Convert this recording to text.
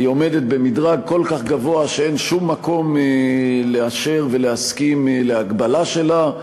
והיא עומדת במדרג כל כך גבוה שאין שום מקום לאשר ולהסכים להגבלה שלה,